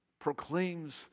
proclaims